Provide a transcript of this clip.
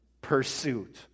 pursuit